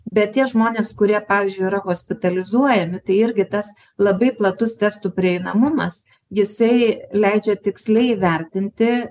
bet tie žmonės kurie pavyzdžiui yra hospitalizuojami tai irgi tas labai platus testų prieinamumas jisai leidžia tiksliai įvertinti